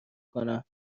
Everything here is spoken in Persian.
کنم